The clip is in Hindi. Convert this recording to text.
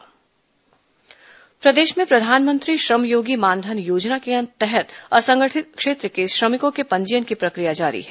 पेंशन योजना प्रदेश में प्रधानमंत्री श्रम योगी मानधन योजना के तहत असंगठित क्षेत्र के श्रमिकों के पंजीयन की प्रक्रिया जारी है